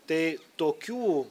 tai tokių